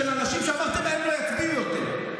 של אנשים שאמרתם שהם לא יצביעו יותר.